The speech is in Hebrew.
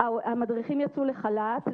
המדריכים יצאו לחל"ת.